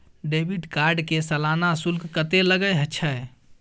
Debit card के सालाना शुल्क कत्ते लगे छै?